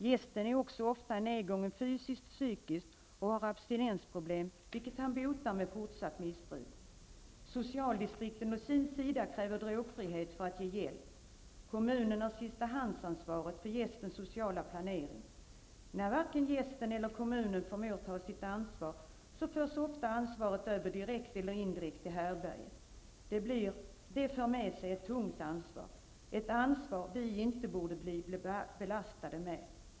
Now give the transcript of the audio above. Gästen är också ofta nedgången fysiskt och psykiskt och har abstinensproblem, vilket han botar med fortsatt missbruk. Socialdistriktet å sin sida kräver drogfrihet för att ge hjälp. Kommunen har ''sistahands-ansvar'' för gästens sociala planering. När varken gästen eller kommunen förmår ta sitt ansvar, förs ofta ansvaret över direkt eller indirekt till härbärget. Det för med sig ett tungt ansvar, ett ansvar vi inte borde bli belastade med.